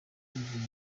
twivuye